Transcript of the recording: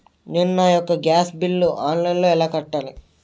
నేను నా యెక్క గ్యాస్ బిల్లు ఆన్లైన్లో ఎలా కట్టాలి?